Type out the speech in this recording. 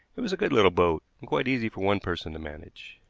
it was a good little boat, and quite easy for one person to manage.